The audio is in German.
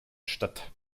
statt